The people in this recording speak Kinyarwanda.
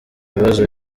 ibibazo